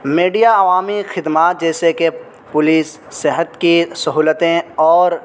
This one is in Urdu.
میڈیا عوامی خدمات جیسے کہ پولیس صحت کی سہولتیں اور